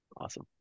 Awesome